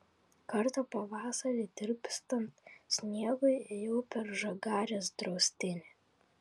kartą pavasarį tirpstant sniegui ėjau per žagarės draustinį